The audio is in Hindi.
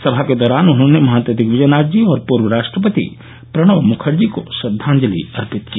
सभा के दौरान उन्होंने महंत दिग्विजयनाथ जी और पूर्व राष्ट्रपति प्रणब मुखर्जी को श्रद्धांजलि अर्पित की